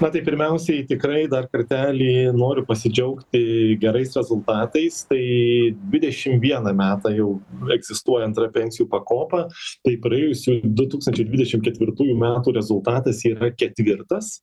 na tai pirmiausiai tikrai dar kartelį noriu pasidžiaugti gerais rezultatais tai dvidešim vieną metą jau egzistuoja antra pensijų pakopa tai praėjusių du tūkstančiai dvidešim ketvirtųjų metų rezultatas yra ketvirtas